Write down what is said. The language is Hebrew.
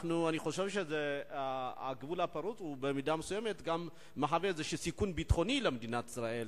אני חושב שהגבול הפרוץ מהווה במידה מסוימת סיכון ביטחוני למדינת ישראל.